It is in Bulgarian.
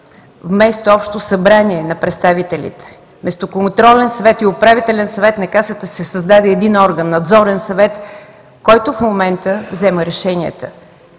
вместо Общо събрание на представителите, вместо Контролен съвет и Управителен съвет на Касата, се създаде един орган – Надзорен съвет, който в момента взема решенията.